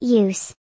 use